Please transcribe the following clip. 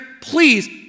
please